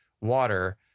water